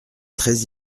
très